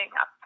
up